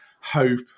hope